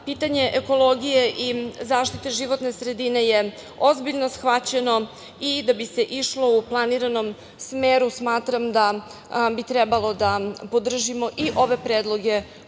Pitanje ekologije i zaštite životne sredine je ozbiljno shvaćeno i da bi se išlo u planiranom smeru smatram da bi trebalo da podržimo i ove predloge